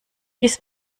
dies